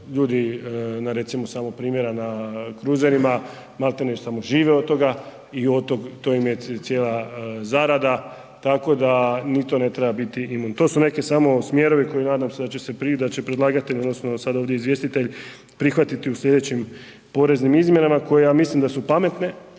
ljudi recimo samo primjera na kruzerima maltene žive od toga i to im je cijela zarada, tako da i tu ne treba imun. To su neki samo smjerovi koji će nadam se predlagatelj odnosno sada ovdje izvjestitelj prihvatiti u sljedećem poreznim izmjenama koje ja mislim da su pametne,